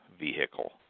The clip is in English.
vehicle